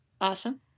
Awesome